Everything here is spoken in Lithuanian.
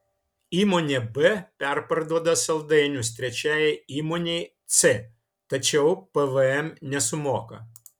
įmonė b perparduoda saldainius trečiajai įmonei c tačiau pvm nesumoka